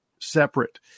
separate